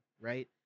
Right